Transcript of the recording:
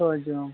ᱪᱷᱚ ᱡᱚᱱ